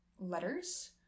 letters